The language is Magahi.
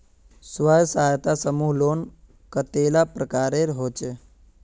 स्वयं सहायता समूह लोन कतेला प्रकारेर होचे?